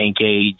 engage